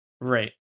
Right